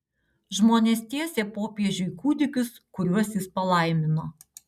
žmonės tiesė popiežiui kūdikius kuriuos jis palaimino